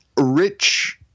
rich